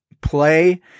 play